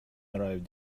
arrive